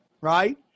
right